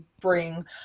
bring